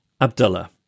Abdullah